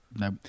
no